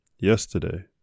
Yesterday